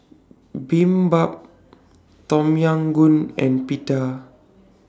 Tom Yam Goong and Pita